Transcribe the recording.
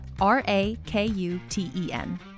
R-A-K-U-T-E-N